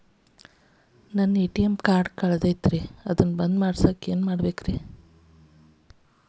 ನನ್ನ ATM card ಕಳದೈತ್ರಿ ಅದನ್ನ ಬಂದ್ ಮಾಡಸಾಕ್ ಏನ್ ಮಾಡ್ಬೇಕ್ರಿ?